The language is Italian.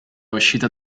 uscita